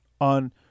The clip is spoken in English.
on